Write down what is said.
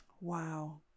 Wow